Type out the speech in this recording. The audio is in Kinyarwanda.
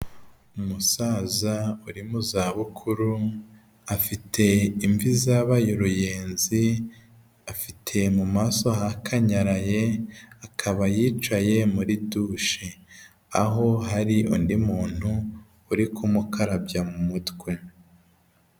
Umusaza uri mu za bukuru afite imvi zabaye ruyenzi, afite mu maso hakanyaraye akaba yicaye muri dushe aho hari undi muntu uri kumukarabya mu mutwe.